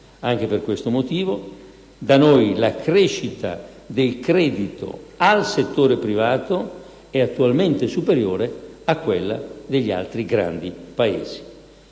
Anche per questo motivo, da noi la crescita del credito al settore privato è attualmente superiore a quella degli altri grandi Paesi.